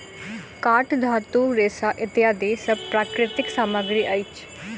काठ, धातु, रेशा इत्यादि सब प्राकृतिक सामग्री अछि